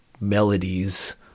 melodies